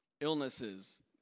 Illnesses